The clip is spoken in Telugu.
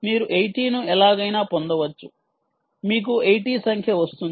మీరు 80 ను ఎలాగైనా పొందవచ్చు మీకు 80 సంఖ్య వస్తుంది